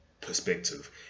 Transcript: perspective